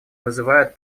вызывает